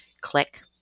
click